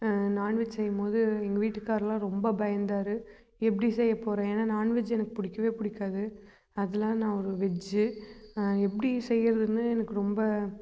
non veg செய்யும்போது எங்கள் வீட்டுக்காரெலாம் ரொம்ப பயந்தார் எப்படி செய்ய போகிறேன் ஏன்னா நாண்வெஜ் எனக்கு பிடிக்கவே பிடிக்காது அதெலாம் நா ஒரு வெஜ்ஜு எப்படி செய்கிறதுன்னு எனக்கு ரொம்ப